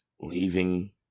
leaving